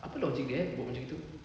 apa logic dia buat macam gitu